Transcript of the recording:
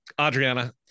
Adriana